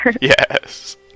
Yes